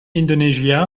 indonesia